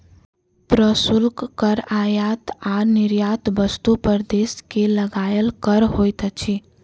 प्रशुल्क कर आयात आ निर्यात वस्तु पर देश के लगायल कर होइत अछि